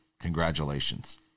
Congratulations